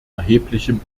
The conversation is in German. erheblichem